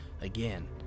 Again